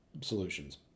solutions